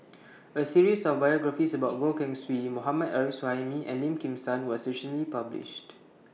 A series of biographies about Goh Keng Swee Mohammad Arif Suhaimi and Lim Kim San was recently published